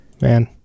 Man